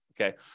okay